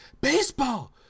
baseball